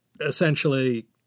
essentially